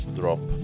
drop